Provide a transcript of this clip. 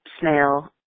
snail